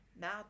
now